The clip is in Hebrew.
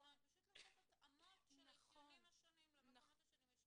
פשוט לעשות התאמות של האפיונים השונים למקומות השונים.